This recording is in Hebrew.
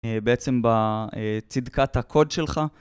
בעצם בצדקת הקוד שלך.